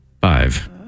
Five